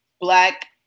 black